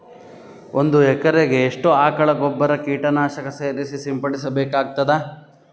ಒಂದು ಎಕರೆಗೆ ಎಷ್ಟು ಆಕಳ ಗೊಬ್ಬರ ಕೀಟನಾಶಕ ಸೇರಿಸಿ ಸಿಂಪಡಸಬೇಕಾಗತದಾ?